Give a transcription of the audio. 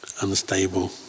unstable